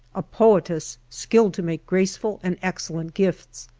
a poetess, skilled to make graceful and excellent gifts.